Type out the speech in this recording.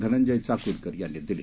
धनंजय चाकूरकर यांनी दिली